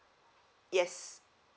yes